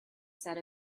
said